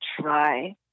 try